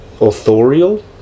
authorial